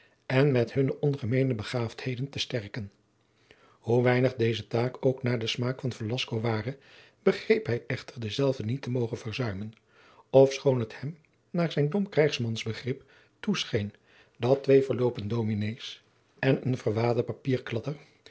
en met hunne ongemeene begaafdheden te sterken hoe weinig deze taak ook naar den smaak van velasco ware begreep hij echter dezelve niet te mogen verzuimen ofschoon het hem naar zijn dom krijgsmansbegrip toescheen dat twee verloopen dominées en een